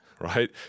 right